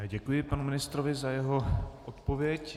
Děkuji panu ministrovi za jeho odpověď.